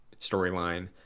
storyline